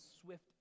swift